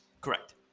Correct